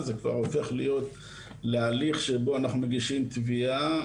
זה כבר הופך להיות להליך שבו אנחנו מגישים תביעה,